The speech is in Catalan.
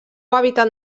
hàbitat